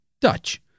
Dutch